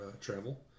travel